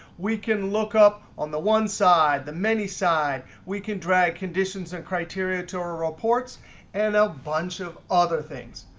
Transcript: we can look up on the one side, the many side. we can drag conditions and criteria to our reports and a bunch of other things.